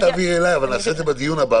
את תעבירי אליי אבל נעשה את זה בדיון הבא.